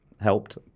helped